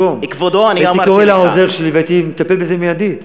אם זה היה מגיע אלי היית מקבל תשובה מיידית.